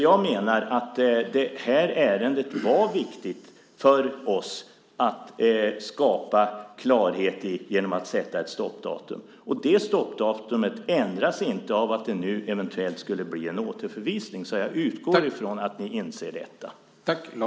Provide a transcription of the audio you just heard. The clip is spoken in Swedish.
Jag menar att var viktigt för oss att skapa klarhet i det här ärendet genom att sätta ett stoppdatum. Det stoppdatumet ändras inte av att det nu eventuellt ska bli en återförvisning. Jag utgår från att ni inser detta.